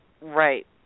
Right